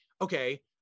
okay